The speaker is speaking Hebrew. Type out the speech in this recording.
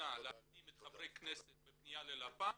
למבצע להחתים את חברי הכנסת בפניה ללפ"מ,